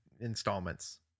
installments